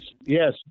Yes